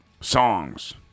Songs